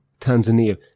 Tanzania